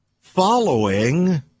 following